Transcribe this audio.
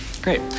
Great